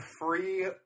free